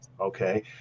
okay